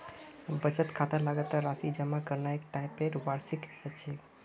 बचत खातात लगातार राशि जमा करना एक टाइपेर वार्षिकी ह छेक